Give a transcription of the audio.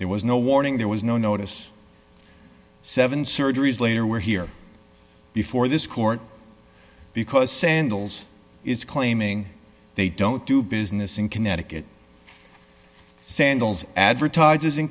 there was no warning there was no notice seven surgeries later were here before this court because sandals is claiming they don't do business in connecticut sandals advertises in